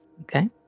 Okay